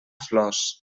flors